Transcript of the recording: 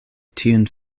tiun